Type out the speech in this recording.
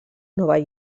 nova